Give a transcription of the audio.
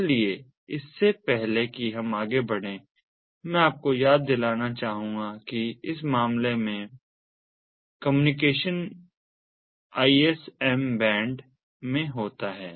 इसलिए इससे पहले कि हम आगे बढ़ें मैं आपको याद दिलाना चाहूंगा कि इस मामले में communication I S M band में होता है